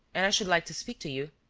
and i should like to speak to you.